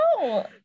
No